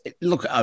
look